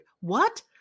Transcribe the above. What